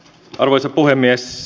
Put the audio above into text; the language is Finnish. arvoisa puhemies